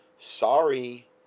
Sorry